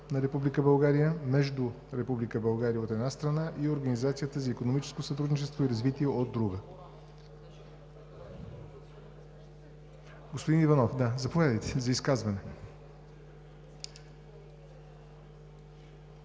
на Република България между Република България, от една страна, и Организацията за икономическо сътрудничество и развитие (ОИСР), от друга страна? Господин Иванов, заповядайте за изказване.